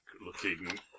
looking